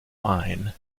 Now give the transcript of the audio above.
mine